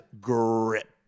Grip